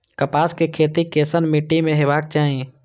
कपास के खेती केसन मीट्टी में हेबाक चाही?